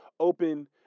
Open